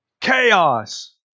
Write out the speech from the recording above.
Chaos